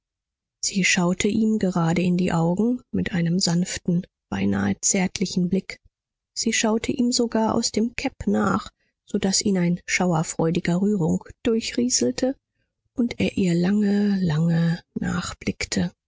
sie schaute ihm gerade in die augen mit einem sanften beinahe zärtlichen blick sie schaute ihm sogar aus dem cab nach so daß ihn ein schauer freudiger rührung durchrieselte und er ihr lange lange nachblickte